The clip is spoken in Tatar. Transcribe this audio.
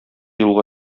юлга